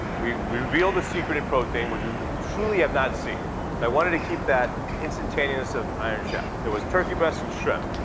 we reveal the secretive protein, which we truly have not seen. so i wanted to keep that instantaneous of iron chef. there was turkey breast and shrimp.